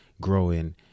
growing